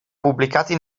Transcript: pubblicati